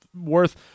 Worth